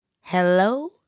hello